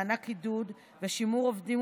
מענק עידוד ושימור עובדים,